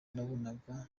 nabonaga